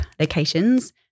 locations